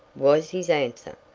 was his answer.